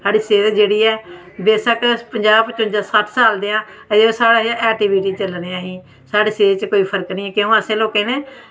साढ़ी सेह्त जेह्ड़ी ऐ बेशक्क अस पंजाह् पचुंजा सट्ठ साल दे आं ते एह् साढ़ा एटीट्यूड निं चलना असें ई साढ़ी सेह्त गी कोई फर्क नेईं क्योंकि असें लोकें ना